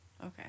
Okay